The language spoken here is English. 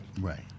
right